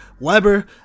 Weber